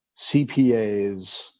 cpas